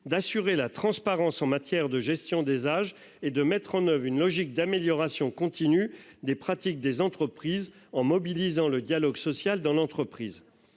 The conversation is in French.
d'assurer la transparence en matière de gestion des âges et de mettre en oeuvre une logique d'amélioration continue des pratiques des entreprises, en mobilisant le dialogue social dans l'entreprise.